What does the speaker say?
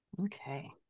Okay